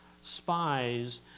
spies